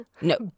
No